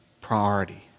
priority